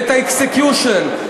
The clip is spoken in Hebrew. וה-execution,